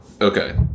Okay